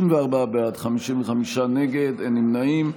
64 בעד, 55 נגד, אין נמנעים.